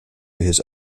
his